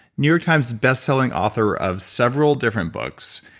new york times best selling author of several different books.